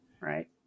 right